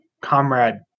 comrade